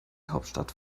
hauptstadt